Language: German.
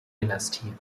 dynastie